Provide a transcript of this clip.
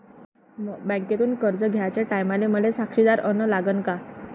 बँकेतून कर्ज घ्याचे टायमाले मले साक्षीदार अन लागन का?